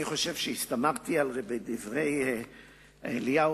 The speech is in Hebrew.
אני חושב שהסתמכתי על דברי אליהו,